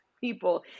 people